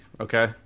Okay